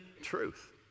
truth